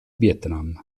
vietnam